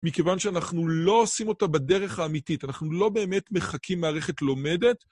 מכיוון שאנחנו לא עושים אותה בדרך האמיתית, אנחנו לא באמת מחקים מערכת לומדת.